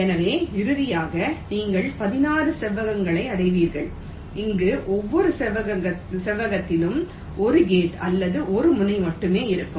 எனவே இறுதியாக நீங்கள் 16 செவ்வகங்களை அடைவீர்கள் அங்கு ஒவ்வொரு செவ்வகத்திலும் 1 கேட் அல்லது 1 முனை மட்டுமே இருக்கும்